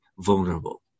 vulnerable